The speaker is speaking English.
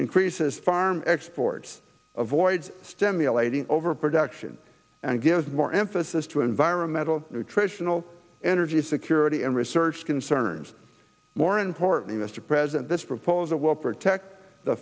increases farm exports of voids stimulating over production and gives more emphasis to environmental nutritional energy security and research concerns more important mr president this proposal will protect the